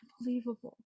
unbelievable